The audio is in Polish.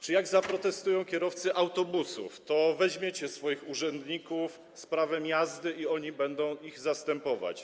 Czy jak zaprotestują kierowcy autobusów, to weźmiecie swoich urzędników z prawem jazdy i oni będą ich zastępować?